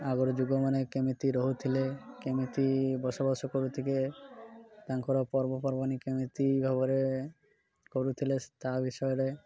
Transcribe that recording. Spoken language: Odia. ଆଗର ଯୁଗମାନେ କେମିତି ରହୁଥିଲେ କେମିତି ବସବାସ କରୁଥଥିଲେ ତାଙ୍କର ପର୍ବପର୍ବାଣୀ କେମିତି ଭାବରେ କରୁଥିଲେ ତା ବିଷୟରେ